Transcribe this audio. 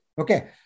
okay